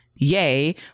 Yay